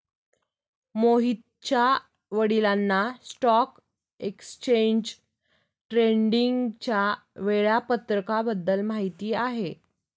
मोहितच्या वडिलांना stock exchange ट्रेडिंगच्या वेळापत्रकाबद्दल माहिती आहे